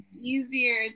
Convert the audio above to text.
Easier